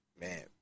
man